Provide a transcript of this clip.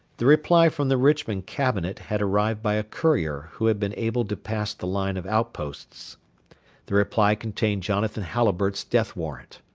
the reply from the richmond cabinet had arrived by a courier who had been able to pass the line of outposts the reply contained jonathan halliburtt's death-warrant.